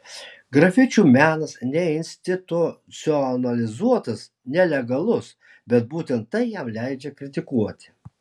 grafičių menas neinstitucionalizuotas nelegalus bet būtent tai jam leidžia kritikuoti